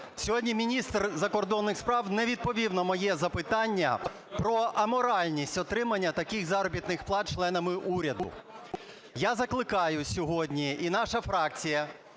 сьогодні міністр закордонних справ не відповів на моє запитання про аморальність отримання таких заробітних плат членами уряду. Я закликаю сьогодні і наша фракція